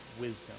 wisdom